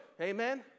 amen